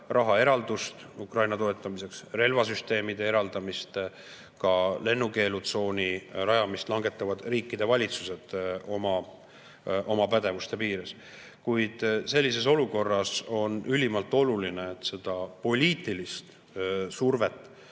rahaeraldust Ukraina toetamiseks, relvasüsteemide eraldamist, ka lennukeelutsooni rajamist, langetavad riikide valitsused oma pädevuse piires. Kuid sellises olukorras on ülimalt oluline, et seda poliitilist survet